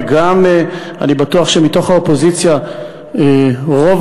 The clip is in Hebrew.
וגם אני בטוח שמתוך האופוזיציה רוב